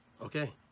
Okay